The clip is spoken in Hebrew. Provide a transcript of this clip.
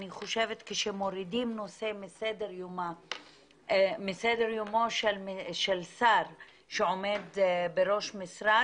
אני חושבת כשמורידים נושא מסדר יומו של שר שעומד בראש משרד